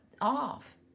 off